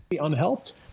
Unhelped